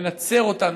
לנצר אותנו,